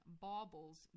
baubles